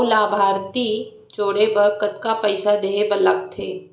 एक अऊ लाभार्थी जोड़े बर कतका पइसा देहे बर लागथे?